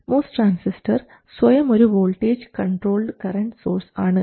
MOS transistor സ്വയം ഒരു voltage controlled current source ആണ്